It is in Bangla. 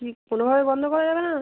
কি কোনওভাবেই বন্ধ করা যাবে না